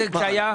להיסגר.